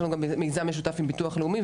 ויש לנו גם משרד משותף עם ביטוח לאומי,